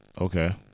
Okay